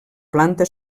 planta